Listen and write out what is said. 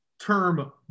term